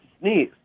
sneeze